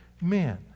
men